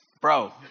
bro